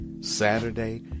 saturday